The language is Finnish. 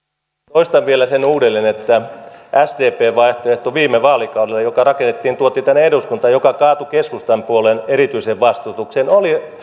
toistan vielä uudelleen sen että viime vaalikaudella sdpn vaihtoehto joka rakennettiin tuotiin tänne eduskuntaan ja kaatui keskustapuolueen erityiseen vastustukseen oli